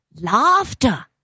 Laughter